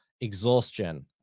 exhaustion